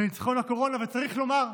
וניצחון הקורונה, צריך לומר,